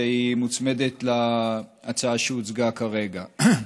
והיא מוצמדת להצעה שהוצגה כרגע.